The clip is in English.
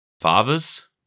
fathers